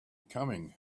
coming